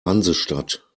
hansestadt